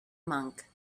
monk